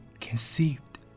conceived